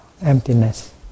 emptiness